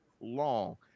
long